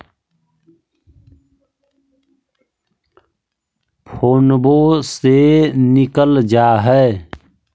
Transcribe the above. फोनवो से निकल जा है?